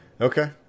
Okay